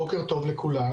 בוקר טוב לכולם.